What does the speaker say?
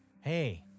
hey